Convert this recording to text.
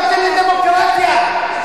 באתם לדמוקרטיה,